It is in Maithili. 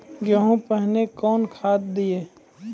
गेहूँ पहने कौन खाद दिए?